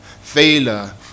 Failure